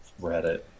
Reddit